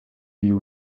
you